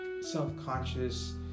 self-conscious